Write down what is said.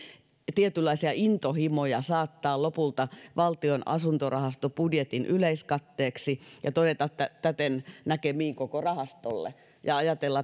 tietynlaisia intohimoja saattaa lopulta valtion asuntorahasto budjetin yleiskatteeksi ja todeta että täten näkemiin koko rahastolle ja ajatella